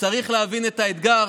צריך להבין את האתגר,